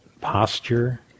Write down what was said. posture